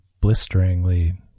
blisteringly